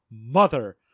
mother